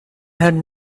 had